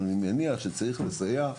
אבל אני מניח שצריך לסייע מערכתית.